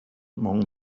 among